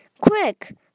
Quick